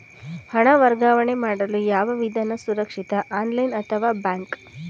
ಹಣ ವರ್ಗಾವಣೆ ಮಾಡಲು ಯಾವ ವಿಧಾನ ಸುರಕ್ಷಿತ ಆನ್ಲೈನ್ ಅಥವಾ ಬ್ಯಾಂಕ್?